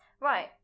Right